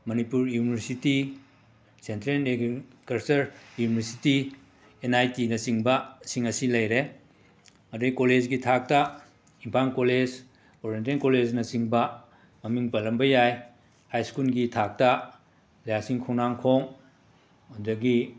Manipur university central agricultural university N I ꯇꯤꯅ ꯆꯤꯡꯕ ꯁꯤꯡ ꯂꯩꯔꯦ ꯑꯗꯩ ꯀꯣꯂꯦꯖꯒꯤ ꯊꯥꯛꯇ ꯏꯝꯐꯥꯜ ꯀꯣꯂꯦꯖ ꯑꯣꯔꯦꯟꯇꯦꯜ ꯀꯣꯂꯦꯖꯅꯆꯤꯡꯕ ꯃꯃꯤꯡ ꯄꯜꯂꯝꯕ ꯌꯥꯏ ꯍꯥꯏꯁꯀꯨꯜꯒꯤ ꯊꯥꯛꯇ ꯂꯤꯂꯥꯁꯤꯡ ꯈꯣꯡꯅꯥꯡꯈꯣꯡ ꯑꯗꯒꯤ